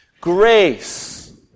Grace